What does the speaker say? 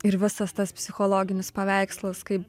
ir visas tas psichologinis paveikslas kaip